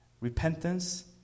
Repentance